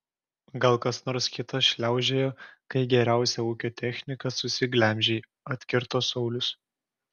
gal kas nors kitas šliaužiojo kai geriausią ūkio techniką susiglemžei atkirto saulius